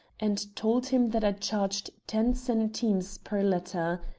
and told him that i charged ten centimes per letter.